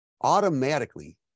automatically